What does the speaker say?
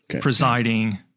presiding